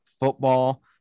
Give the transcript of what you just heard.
football